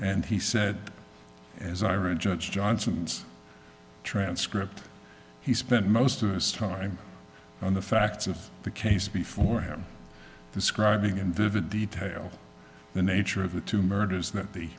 and he said as are a judge johnson's transcript he spent most of his time on the facts of the case before him describing in vivid detail the nature of the two murders that the